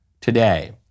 today